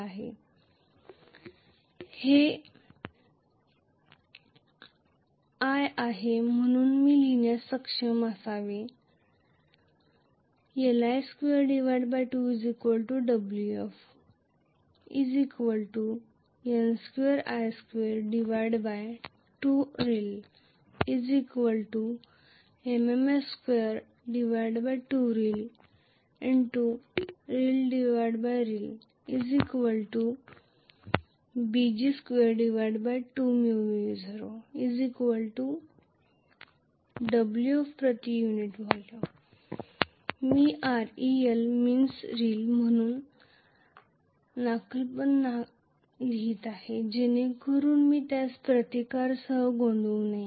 मी हे म्हणून लिहिण्यास सक्षम असावे Li22 Wf N2i22Rel MMF22Rel x Rel Rel 2 lg2 µ0 Ag Bg2 Ag2 lg2 µ0 Ag Bg22 µ0 Wf प्रति युनिट व्हॉल्यूम मी Rel म्हणून इंडक्टन्स लिहित आहे जेणेकरून मी त्यास रेसिस्टन्स सह गोंधळ करू नये